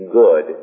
good